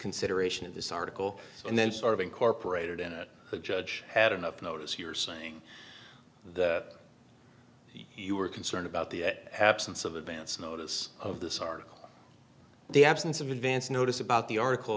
consideration of this article and then sort of incorporated in it to judge had enough notice here saying that you were concerned about the absence of advance notice of this article the absence of advance notice about the article